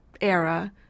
era